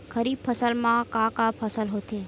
खरीफ फसल मा का का फसल होथे?